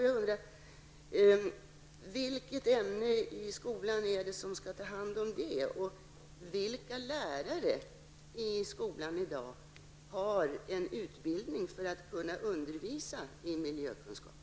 Jag undrar: Vilket ämne i skolan skall ta hand om miljökunskapen, och vilka lärare i skolan i dag har en utbildning som gör att de kan undervisa i miljökunskap?